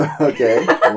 Okay